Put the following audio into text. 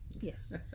Yes